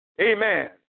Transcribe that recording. Amen